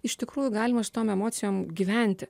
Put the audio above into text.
iš tikrųjų galima su tom emocijom gyventi